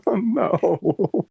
no